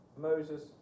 Moses